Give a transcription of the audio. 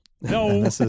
No